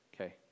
Okay